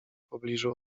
pobliżu